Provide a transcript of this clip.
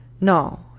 no